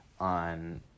on